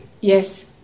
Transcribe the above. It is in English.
Yes